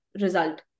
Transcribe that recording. result